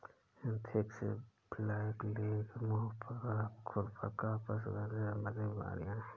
anthrax, blackleg, मुंह पका, खुर पका पशुधन से संबंधित बीमारियां हैं